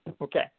Okay